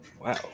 wow